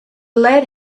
lead